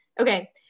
Okay